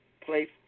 place